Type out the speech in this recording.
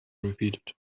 repeated